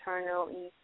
Internal